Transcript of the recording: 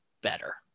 better